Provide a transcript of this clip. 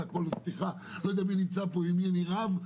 אני לא יודע מי נמצא פה ועם מי אני רב,